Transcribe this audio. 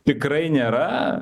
tikrai nėra